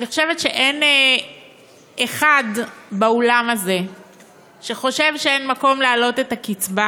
אני חושבת שאין אחד באולם הזה שחושב שאין מקום להעלות את הקצבה,